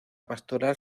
pastoral